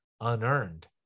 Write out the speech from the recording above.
unearned